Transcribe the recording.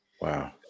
wow